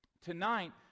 Tonight